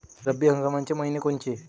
रब्बी हंगामाचे मइने कोनचे?